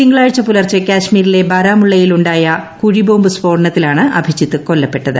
തിങ്കളാഴ്ച പുലർച്ചെ കാശ്മീരിലെ ബാരാമുള്ളയിലുായ കുഴിബോംബ് സ്ഫോടനത്തിലാണ് അഭിജിത്ത് കൊല്ലപ്പെട്ടത്